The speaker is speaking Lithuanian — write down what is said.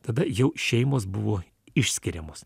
tada jau šeimos buvo išskiriamos